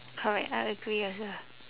correct I agree also